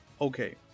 okay